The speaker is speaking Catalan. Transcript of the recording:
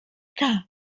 que